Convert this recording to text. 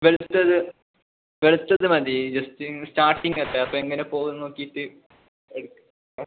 വെളുത്തത് വെളുത്തത് മതി ജസ്റ്റ് സ്റ്റാർട്ടിംഗല്ലേ അപ്പോൾ എങ്ങനെ പോവും നോക്കീട്ട് എടുക്കാം